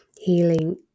healing